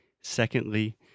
Secondly